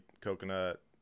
coconut